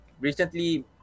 recently